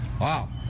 Wow